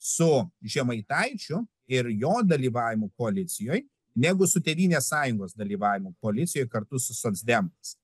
su žemaitaičiu ir jo dalyvavimu koalicijoj negu su tėvynės sąjungos dalyvavimu policijoj kartu su socdemais